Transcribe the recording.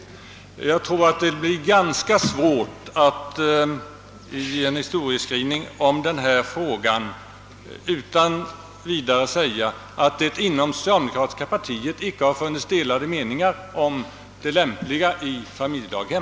Jag tror emellertid att det blir ganska svårt att i en historieskrivning om denna fråga utan vidare säga att det inom socialdemokratiska partiet inte har funnits delade meningar om lämpligheten av familjedaghem.